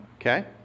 Okay